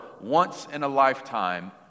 once-in-a-lifetime